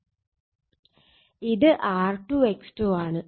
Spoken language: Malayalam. ഇത് R2 X2 ആണ്